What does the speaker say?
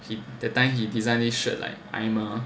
that time he designed this shirt like I'm a